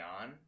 on